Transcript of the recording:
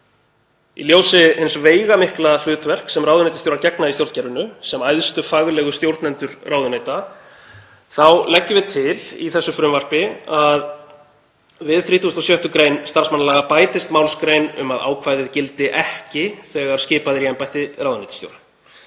Í ljósi hins veigamikla hlutverks sem ráðuneytisstjórar gegna í stjórnkerfinu, sem æðstu faglegu stjórnendur ráðuneyta, er lagt til í frumvarpi þessu að við 36. gr. starfsmannalaga bætist málsgrein um að ákvæðið gildi ekki þegar skipað er í embætti ráðuneytisstjóra.